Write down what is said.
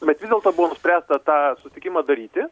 bet vis dėlto buvo nuspręsta tą sutikimą daryti